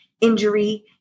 injury